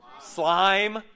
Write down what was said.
slime